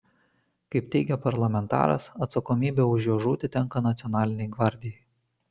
kaip teigia parlamentaras atsakomybė už jo žūtį tenka nacionalinei gvardijai